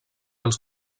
els